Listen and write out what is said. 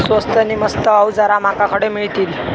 स्वस्त नी मस्त अवजारा माका खडे मिळतीत?